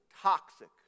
toxic